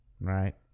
Right